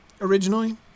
originally